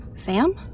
Sam